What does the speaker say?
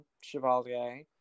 Chevalier